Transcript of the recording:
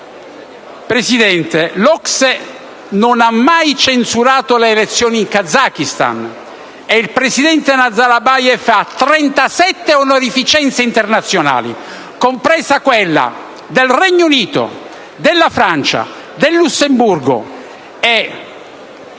Presidente, l'OCSE non ha mai censurato le elezioni in Kazakistan e il presidente Nazarbayev ha 37 onorificenze internazionali, compresa quelle del Regno Unito, della Francia, del Lussemburgo e